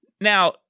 Now